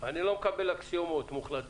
אני לא מקבל אקסיומות מוחלטות.